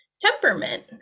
temperament